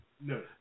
No